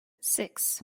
six